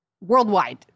worldwide